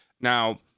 now